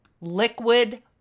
liquid